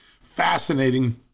Fascinating